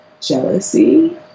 jealousy